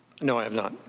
no, i have not.